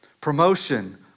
Promotion